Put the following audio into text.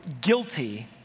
guilty